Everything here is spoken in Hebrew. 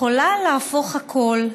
יכולה להפוך הכול.